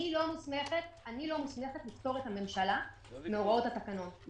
אני לא מוסמכת לפטור את הממשלה מהוראות התקנון,